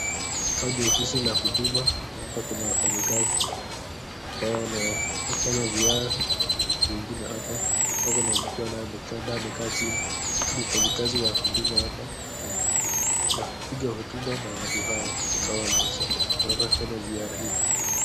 Hapa ni ofisi ya huduma na hapa kuna wafanyakazi ambao wanafanya ziara na watu wengine hapa. Hapo kuna mtu naye amekaa hapa amekaa chini, ni mfanyakazi wa huduma hapa na anapiga hotuba na watu hawa ambao wanafanya ziara hii.